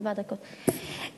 ארבע דקות.